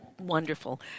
Wonderful